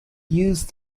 used